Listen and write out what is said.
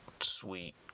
sweet